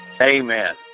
Amen